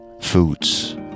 foods